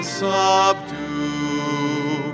subdue